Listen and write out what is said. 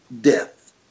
death